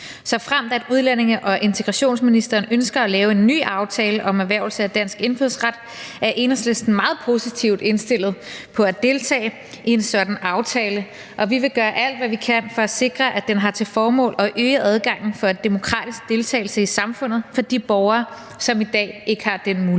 Såfremt udlændinge- og integrationsministeren ønsker at lave en ny aftale om erhvervelse af dansk indfødsret, er Enhedslisten meget positivt indstillet over for at deltage i en sådan aftale, og vi vil gøre alt, hvad vi kan, for at sikre, at den har til formål at øge adgangen for en demokratisk deltagelse i samfundet for de borgere, som i dag ikke har den mulighed.